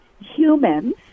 humans